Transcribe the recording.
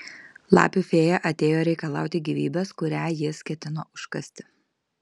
lapių fėja atėjo reikalauti gyvybės kurią jis ketino užkasti